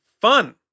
fun